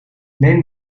neem